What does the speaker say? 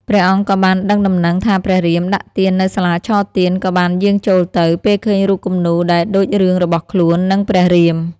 ព្រះអង្គក៏បានដឹងដំណឹងថាព្រះរៀមដាក់ទាននៅសាលាឆទាន ក៏បានយាងចូលទៅ ពេលឃើញរូបគំនូរដែលដូចរឿងរបស់ខ្លួន និងព្រះរៀម។